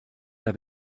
der